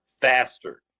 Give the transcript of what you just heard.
faster